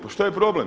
Pa šta je problem?